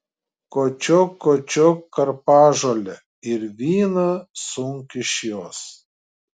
kočiok kočiok karpažolę ir vyną sunk iš jos